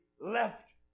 left